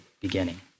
beginning